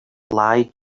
lied